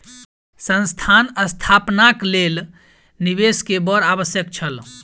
संस्थान स्थापनाक लेल निवेश के बड़ आवश्यक छल